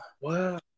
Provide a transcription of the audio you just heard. Wow